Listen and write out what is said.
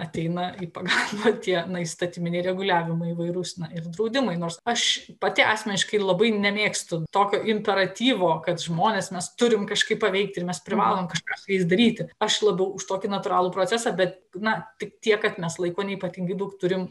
ateina į pagalbą tie na įstatyminiai reguliavimai įvairūs na ir draudimai nors aš pati asmeniškai labai nemėgstu tokio imperatyvo kad žmonės mes turim kažkaip paveikti ir mes privalom kažką su jais daryti aš labiau už tokį natūralų procesą bet na tik tiek kad mes laiko neypatingai daug turim